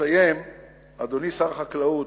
אדוני שר החקלאות,